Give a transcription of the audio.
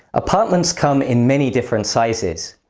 apartments come in many different sizes,